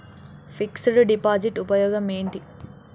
Fix డ్ deposit ఉపయోగం ఏంటి?